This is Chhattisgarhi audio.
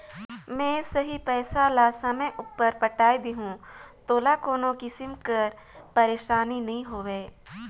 में सही पइसा ल समे उपर पटाए देहूं तोला कोनो किसिम कर पइरसानी नी होए